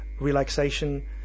relaxation